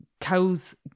cows